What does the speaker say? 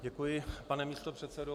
Děkuji, pane místopředsedo.